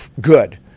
good